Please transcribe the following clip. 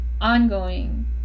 ongoing